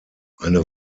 eine